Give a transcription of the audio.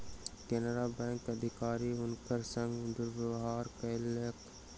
केनरा बैंकक अधिकारी हुनकर संग दुर्व्यवहार कयलकैन